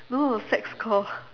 no sex call